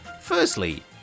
Firstly